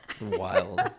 Wild